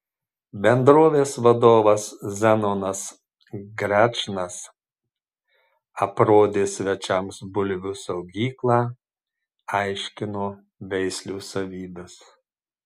bendrovės vadovas zenonas grečnas aprodė svečiams bulvių saugyklą aiškino veislių savybes